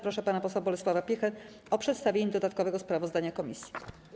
Proszę pana posła Bolesława Piechę o przedstawienie dodatkowego sprawozdania komisji.